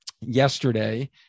yesterday